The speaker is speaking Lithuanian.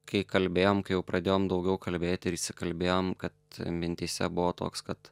kai kalbėjom kai jau pradėjom daugiau kalbėti ir įsikalbėjom kad mintyse buvo toks kad